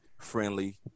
friendly